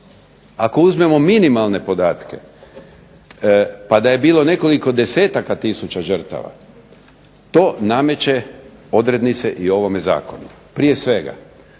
Ako uzmemo minimalne podatke pa da je bilo nekoliko desetaka tisuća žrtava to nameće odrednice i ovome zakonu. Prije svega,